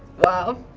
wow.